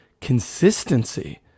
consistency